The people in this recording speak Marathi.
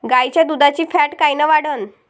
गाईच्या दुधाची फॅट कायन वाढन?